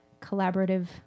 collaborative